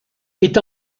est